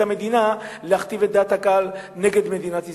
המדינה להכתיב את דעת הקהל נגד מדינת ישראל?